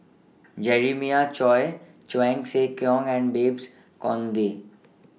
Jeremiah Choy Cheong Siew Keong and Babes Conde